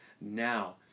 Now